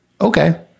okay